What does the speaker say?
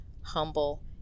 humble